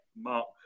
Mark